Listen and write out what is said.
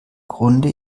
grunde